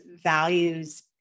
values